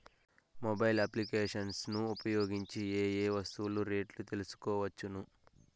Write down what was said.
Mobile applications ను ఉపయోగించి ఏ ఏ వస్తువులు రేట్లు తెలుసుకోవచ్చును?